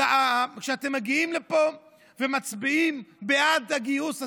כשאתם מגיעים לפה ומצביעים בעד הגיוס הזה,